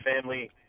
family